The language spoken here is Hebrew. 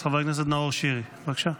אז חבר כנסת נאור שירי, בבקשה.